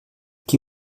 qui